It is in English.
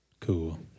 Cool